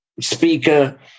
speaker